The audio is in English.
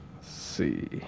See